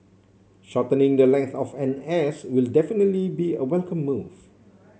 shortening the length of N S will definitely be a welcome move